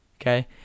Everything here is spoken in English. Okay